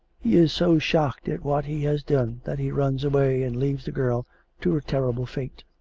he is so shocked at what he has done that he runs away and leaves the girl to a terrible fate.